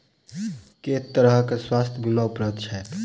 केँ तरहक स्वास्थ्य बीमा उपलब्ध छैक?